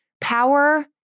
power